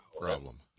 problem